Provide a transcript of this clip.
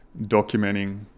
documenting